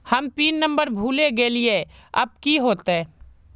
हम pin number भूल गलिऐ अब की होते?